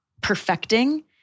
perfecting